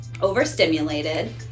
overstimulated